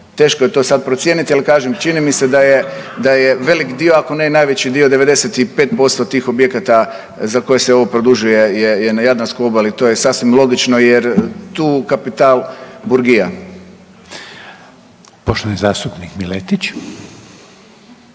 teško je to sada procijeniti. Ali kažem čini mi se da je velik dio ako ne i najveći dio 95% tih objekata za koje se ovo produžuje je na Jadranskoj obali. To je sasvim logično jer tu kapital burgija. **Reiner,